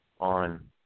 On